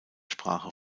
sprache